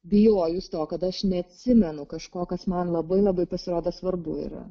bijojus to kad aš neatsimenu kažko kas man labai labai pasirodo svarbu yra